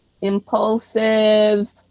impulsive